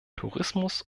tourismus